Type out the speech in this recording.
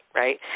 Right